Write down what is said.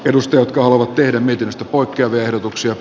perusti jotka ovat teiden ytimestä poikkeavia ehdotuksia